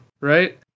right